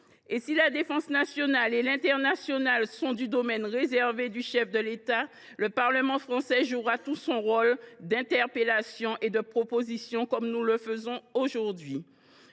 si la défense nationale et les affaires internationales relèvent du domaine réservé du chef de l’État, le Parlement français jouera tout son rôle d’interpellation et de proposition, comme nous le faisons aujourd’hui.